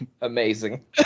Amazing